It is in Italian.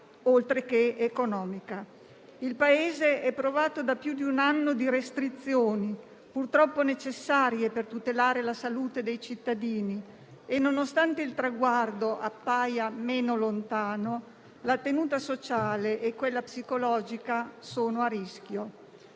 oltre che economica. Il Paese è provato da più di un anno di restrizioni, purtroppo necessarie per tutelare la salute dei cittadini e, nonostante il traguardo appaia meno lontano, la tenuta sociale e quella psicologica sono a rischio.